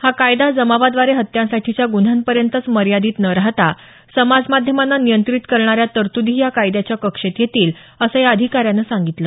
हा कायदा जमावाद्वारे हत्यांसाठीच्या गुन्ह्या पर्यंतच मर्यादित न राहता समाज माध्यमांना नियंत्रित करणाऱ्या तरतुदीही या कायद्याच्या कक्षेत येतील असं या अधिकाऱ्यानं सांगितलं